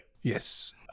Yes